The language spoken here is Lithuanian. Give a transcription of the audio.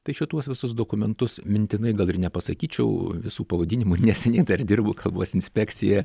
tai šituos visus dokumentus mintinai gal ir nepasakyčiau visų pavadinimų neseniai dar dirbu kalbos inspekcija